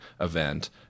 event